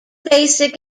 basic